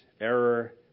error